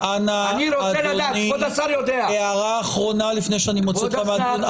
השר- -- הערה אחרונה לפני שאני מוציא אותך מהאולם.